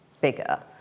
bigger